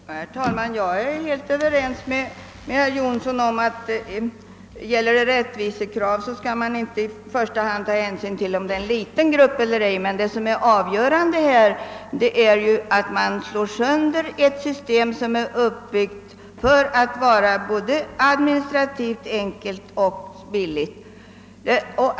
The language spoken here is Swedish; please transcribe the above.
Herr talman! Jag är helt överens med herr Jonsson i Mora om att gäller det rättvisekrav, så skall man inte i första hand ta hänsyn till om det är en liten grupp eller ej. Men det som är avgörande här är att man slår sönder ett system som är uppbyggt för att vara administrativt enkelt och billigt.